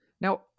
Now